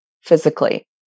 physically